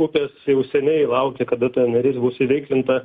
upės jau seniai laukė kada ta neris bus įveiklinta